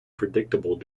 predictable